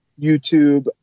YouTube